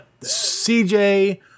CJ